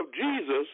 Jesus